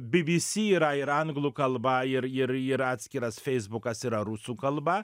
bbc yra ir anglų kalba ir ir ir atskiras feisbukas yra rusų kalba